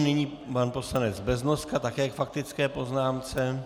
Nyní pan poslanec Beznoska také k faktické poznámce.